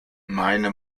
meine